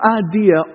idea